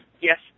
Yes